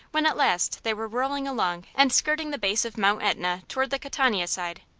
when at last they were whirling along and skirting the base of mt. etna toward the catania side.